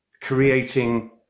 creating